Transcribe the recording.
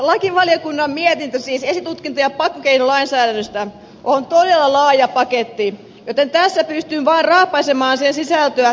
lakivaliokunnan mietintö esitutkinta ja pakkokeinolainsäädännöstä on todella laaja paketti joten tässä esittelypuheenvuorossani pystyn vaan raapaisemaan sen sisältöä